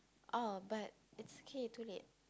oh but it's okay too late